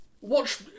Watch